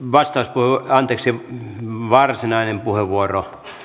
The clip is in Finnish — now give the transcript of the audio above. vastaiskulla indeksin varsinainen aiheesta